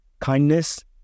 kindness